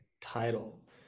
title